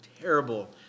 terrible